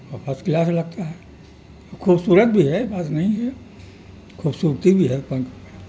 فس کلاس لگتا ہے خوبصورت بھی ہے بات نہیں ہے خوبصورتی بھی ہے پنکھ